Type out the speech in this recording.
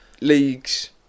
leagues